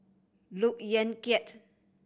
Look Yan Kit